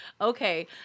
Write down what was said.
Okay